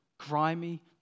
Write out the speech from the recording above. grimy